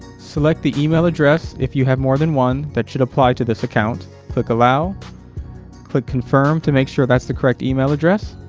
select the email address if you have more than one that should apply to this account click allow click confirm to make sure that's the correct email address